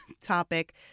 topic